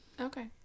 okay